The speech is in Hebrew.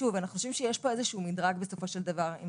בסופו של דבר, יש פה איזשהו מדרג.